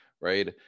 right